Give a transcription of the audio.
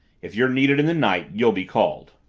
if you're needed in the night, you'll be called!